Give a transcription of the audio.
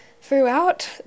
throughout